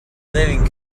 living